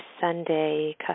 Sunday